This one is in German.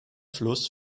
fluss